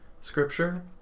scripture